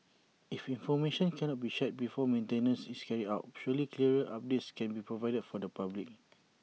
if information cannot be shared before maintenance is carried out surely clearer updates can be provided for the public